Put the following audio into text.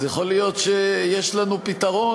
אז יכול להיות שיש לנו פתרון,